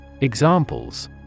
Examples